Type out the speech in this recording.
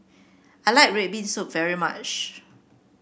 I like red bean soup very much